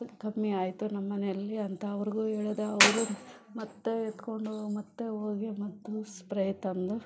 ಸ್ ಕಮ್ಮಿ ಆಯಿತು ನಮ್ಮಮನೆಯಲ್ಲಿ ಅಂತ ಅವ್ರಿಗು ಹೇಳ್ದೆ ಅವರು ಮತ್ತು ಎತ್ಕೊಂಡು ಮತ್ತು ಹೋಗಿ ಮದ್ದು ಸ್ಪ್ರೇ ತಂದು